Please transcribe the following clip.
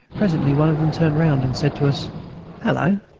presently one of them turned round and said to us hallo!